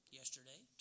yesterday